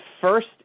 first